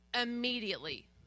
immediately